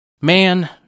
Man